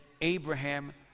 Abraham